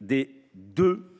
des deux dernières